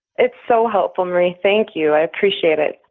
it's so helpful, marie. thank you. i appreciate it.